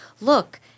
look